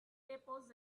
apples